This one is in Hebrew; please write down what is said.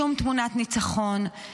שום תמונת ניצחון,